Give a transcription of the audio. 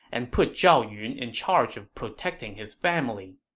and put zhao yun in charge of protecting his family.